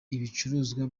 ibicuruzwa